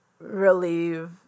relieve